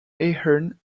ahern